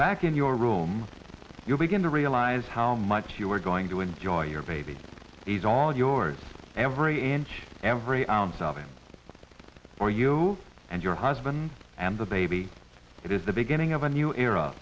back in your room you begin to realize how much you are going to enjoy your baby he's all yours every inch every ounce of him for you and your husband and the baby it is the beginning of a new era